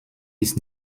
ist